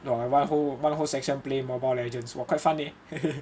!wah! one whole one whole section play mobile legends !wah! quite fun leh